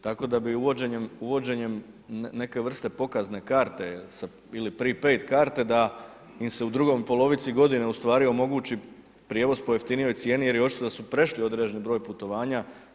Tako da bi uvođenjem neke vrste pokazne karte ili prepaid karte da im se u drugoj polovici godini ustvari omogući prijevoz po jeftinijoj cijeni jer je očito da su prešli određeni broj putovanja.